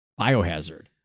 biohazard